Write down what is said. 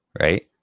right